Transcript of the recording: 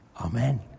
Amen